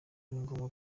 agomba